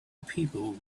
people